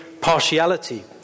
partiality